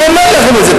אני אומר לכם את זה.